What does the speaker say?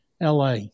LA